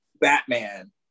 Batman